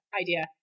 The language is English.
idea